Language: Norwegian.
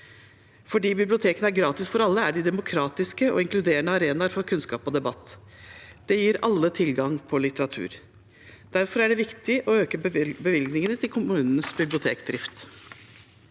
Fordi bibliotekene er gratis for alle, er de demokratiske og inkluderende arenaer for kunnskap og debatt. De gir alle tilgang til litteratur. Derfor er det viktig å øke bevilgningene til kommunenes bibliotekdrift.